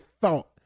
thought